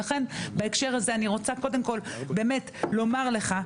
ולכן בהקשר הזה אני רוצה קודם כל באמת לומר לך,